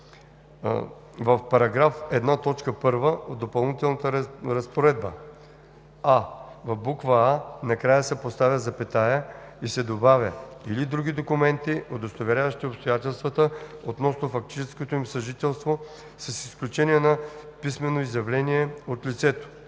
В § 1, т. 1 от допълнителната разпоредба: а) в буква „а“ накрая се поставя запетая и се добавя „или други документи, удостоверяващи обстоятелствата относно фактическото им съжителство, с изключение на писмено изявление от лицето“;